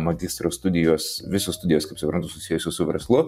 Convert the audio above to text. magistro studijos visos studijos kaip suprantu susijusios su verslu